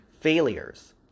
failures